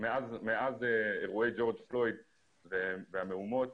מאז אירוע ג'ורג' פלויד והמהומות,